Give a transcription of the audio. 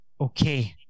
Okay